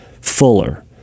fuller